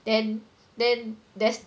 then then then